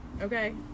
Okay